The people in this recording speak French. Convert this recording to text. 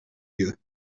lieues